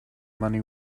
money